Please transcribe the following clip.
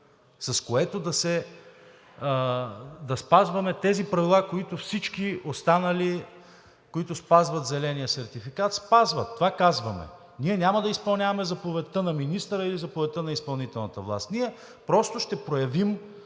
с което да спазваме тези правила, които всички останали, които спазват зеления сертификат, спазват, това казваме. Ние няма да изпълняваме заповедта на министъра или заповедта на изпълнителната власт. Ние просто ще проявим